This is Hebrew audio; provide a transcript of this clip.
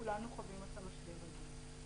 כולנו חווים את המשבר הזה.